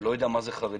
לא יודע מה זה חרדי.